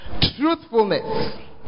truthfulness